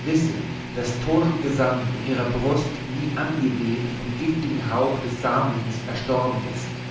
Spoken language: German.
wisse daß ton und gesang in ihrer brust wie angeweht vom giftigen hauch des samums erstorben ist